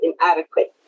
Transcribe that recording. inadequate